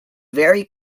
very